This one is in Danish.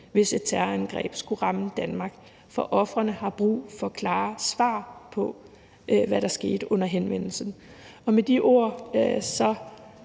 hvis et terrorangreb skulle ramme Danmark. For ofrene har brug for klare svar på, hvad der skete under hændelsen. Med de ord siger